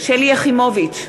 שלי יחימוביץ,